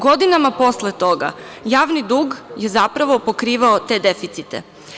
Godinama posle toga javni dug je zapravo pokrivao te deficite.